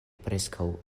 preskaŭ